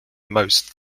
most